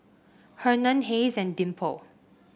Hernan Hayes and Dimple